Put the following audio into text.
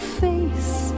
face